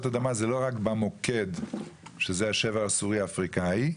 האדמה זה לא רק במוקד שזה השבר הסורי אפריקאי,